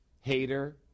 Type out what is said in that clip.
Hater